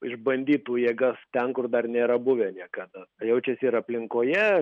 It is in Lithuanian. išbandytų jėgas ten kur dar nėra buvę niekada tai jaučiasi ir aplinkoje